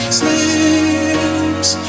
sleeps